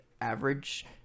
average